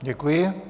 Děkuji.